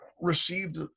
received